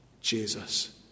Jesus